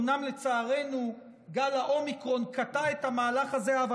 אומנם לצערנו גל האומיקרון קטע את המהלך הזה אבל